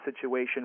situation